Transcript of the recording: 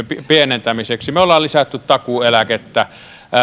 pienentämiseksi me olemme lisänneet takuueläkettä